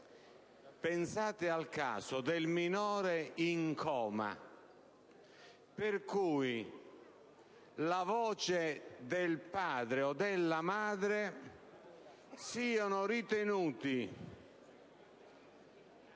Pensate al caso del minore in coma, per il quale la voce del padre o della madre sia ritenuta